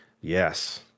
Yes